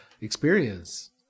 experience